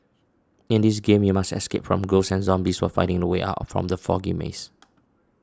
in this game you must escape from ghosts and zombies while finding the way out from the foggy maze